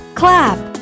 clap